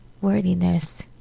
worthiness